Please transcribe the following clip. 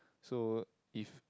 so if